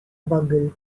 bugle